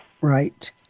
Right